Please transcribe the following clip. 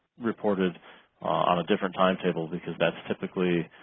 reported on a different timetable because that's typically